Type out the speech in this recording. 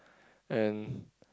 and